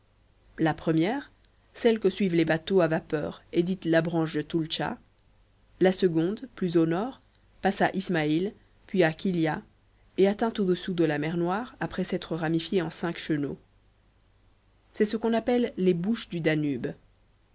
la première celle que suivent les bateaux à vapeur est dite la branche de toultcha la seconde plus au nord passe à ismaïl puis à kilia et atteint au-dessous la mer noire après s'être ramifiée en cinq chenaux c'est ce qu'on appelle les bouches du danube